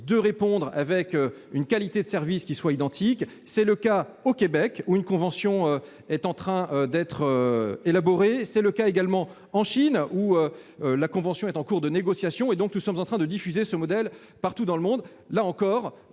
une réponse avec une qualité de service identique. C'est le cas au Québec, où une convention est en train d'être élaborée. C'est également le cas en Chine, où la convention est en cours de négociation. Nous sommes en train de diffuser ce modèle partout dans le monde. Là encore,